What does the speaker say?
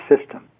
system